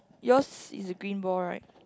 yours is green ball right